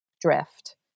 drift